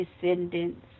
descendants